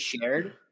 shared